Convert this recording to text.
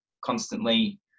constantly